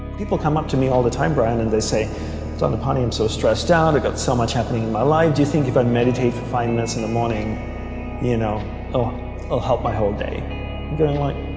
people come up to me all the time brian and they say it's on the ponte i'm so stressed out i've and got so much happening in my life do you think if i meditate for five minutes in the morning you know oh oh help my whole day doing like